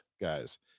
guys